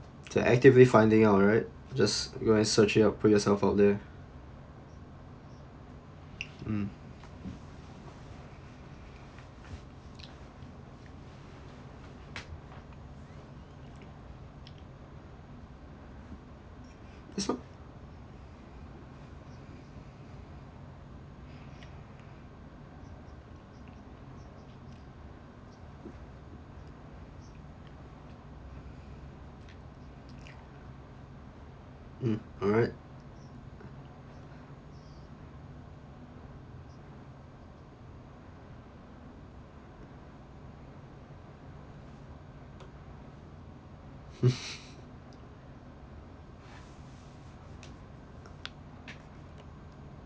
to actively finding out right just go and search you put yourself out there mm it's not mm alright